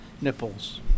nipples